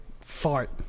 Fart